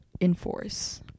enforce